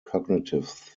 cognitive